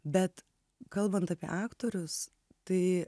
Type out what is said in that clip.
bet kalbant apie aktorius tai